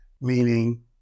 meaning